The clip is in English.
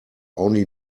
only